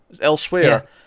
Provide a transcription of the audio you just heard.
elsewhere